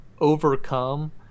overcome